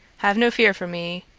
have no fear for me.